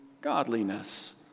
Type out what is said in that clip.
godliness